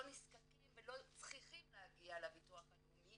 נזקקים ולא צריכים להגיע לביטוח הלאומי